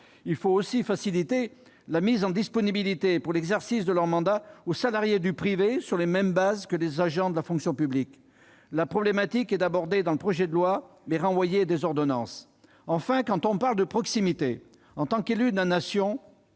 Il faut aussi faciliter la mise en disponibilité, pour l'exercice de leur mandat, aux élus salariés du privé, sur les mêmes bases que pour les agents de la fonction publique. La problématique est abordée dans le projet de loi, mais celui-ci renvoie à des ordonnances. Enfin, à propos de proximité, on ne peut que déplorer,